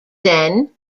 then